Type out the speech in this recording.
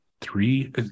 three